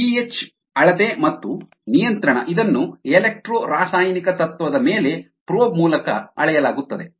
pH ಅಳತೆ ಮತ್ತು ನಿಯಂತ್ರಣ ಇದನ್ನು ಎಲೆಕ್ಟ್ರೋ ರಾಸಾಯನಿಕ ತತ್ವದ ಮೇಲೆ ಪ್ರೋಬ್ ಮೂಲಕ ಅಳೆಯಲಾಗುತ್ತದೆ